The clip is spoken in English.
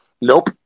Nope